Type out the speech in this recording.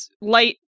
light